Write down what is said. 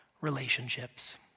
relationships